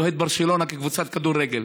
ואני אוהד ברצלונה כקבוצת כדורגל.